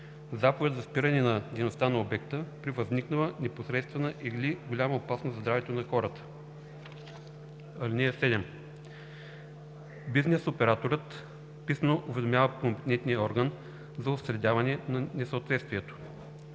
заповед за спиране дейността на обекта – при възникнала непосредствена и голяма опасност за здравето на хората. (7) Бизнес операторът писмено уведомява компетентния орган за отстраняване на несъответствието.